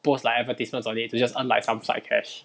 post like advertisements on it to just earn like some side cash